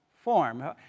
form